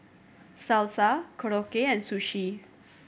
Salsa Korokke and Sushi